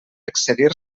excedir